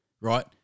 right